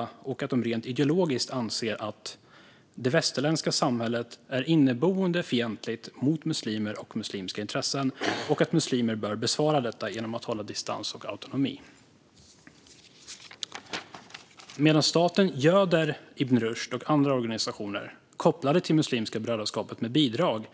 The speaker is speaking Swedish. Det konstaterades att de rent ideologiskt anser att det västerländska samhället är inneboende fientligt mot muslimer och muslimska intressen och att muslimer bör besvara detta genom att hålla distans och autonomi. Medan staten göder Ibn Rushd och andra organisationer med kopplingar till Muslimska brödraskapet med bidrag